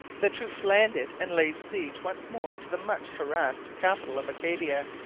the troops landed and laid siege once more to the much-harassed capital of acadia.